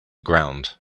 ground